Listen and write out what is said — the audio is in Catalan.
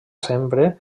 sempre